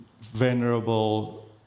Venerable